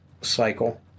cycle